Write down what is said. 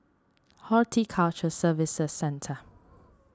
Horticulture Services Centre